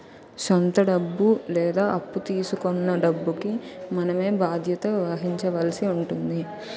సొంత డబ్బు లేదా అప్పు తీసుకొన్న డబ్బుకి మనమే బాధ్యత వహించాల్సి ఉంటుంది